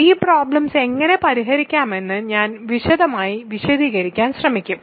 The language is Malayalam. ഈ പ്രോബ്ലെംസ് എങ്ങനെ പരിഹരിക്കാമെന്ന് ഞാൻ വിശദമായി വിശദീകരിക്കാൻ ശ്രമിക്കും